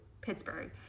Pittsburgh